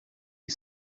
you